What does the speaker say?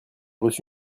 reçu